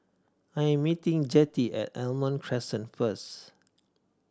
I am meeting Jettie at Almond Crescent first